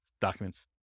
documents